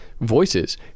voices